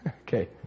Okay